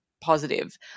positive